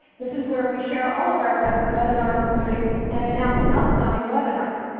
this is where we share all of our webinar webinar recordings and announce upcoming webinars.